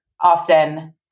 often